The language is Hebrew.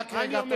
רק רגע.